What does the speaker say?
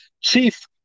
chief